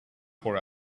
for